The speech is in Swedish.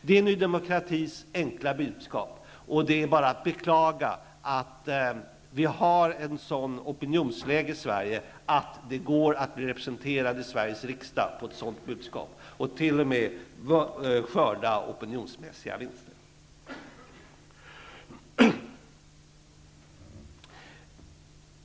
Det är Ny demokratis enkla budskap, och det är bara att beklaga att vi har ett sådant opinionsläge i Sverige att det går att bli representerad i Sveriges riksdag på ett sådant budskap och t.o.m. skörda opinionsmässiga vinster.